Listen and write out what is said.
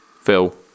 Phil